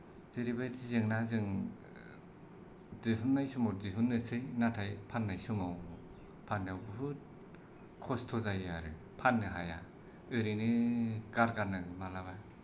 जेरैबायदि जेंना जों दिहुननाय समाव दिहुननोसै नाथाय फाननाय समाव फाननायाव बुहुद खस्थ' जायो आरो फाननो हाया ओरैनो गारगारनाङो मालाबा